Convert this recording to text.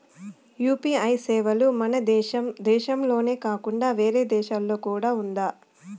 UPI సేవలు మన దేశం దేశంలోనే కాకుండా వేరే దేశాల్లో కూడా ఉందా?